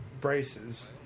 braces